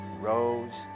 rose